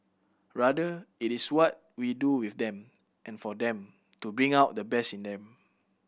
rather it is what we do with them and for them to bring out the best in them